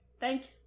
thanks